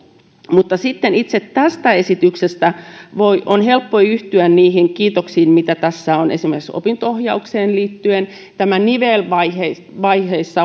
mutta sitten itse tästä esityksestä on helppo yhtyä niihin kiitoksiin mitä tässä on esitetty esimerkiksi opinto ohjaukseen liittyen tämä nivelvaiheissa